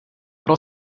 pro